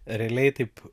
realiai taip